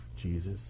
Jesus